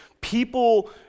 people